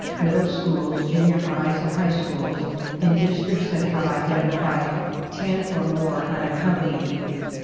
middle schools, junior highs and high schools in districts that have identified ten or more unaccompanied youth.